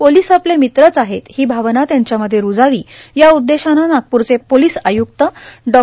police आपले मित्र आहेत ही भावना त्यांच्यामध्ये रूजावी या उद्देशानं नागपूरचे पोलीस आय्क्त डॉ